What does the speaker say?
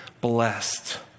blessed